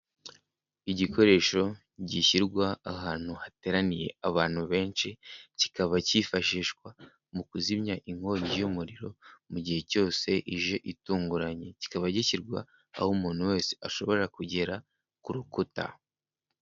Igikoresho gishyirwa ahantu hateraniye abantu benshi, kikaba cyifashishwa mu kuzimya inkongi y'umuriro, mu gihe cyose ije itunguranye, kikaba gishyirwa aho umuntu wese ashobora kugera ku rukuta.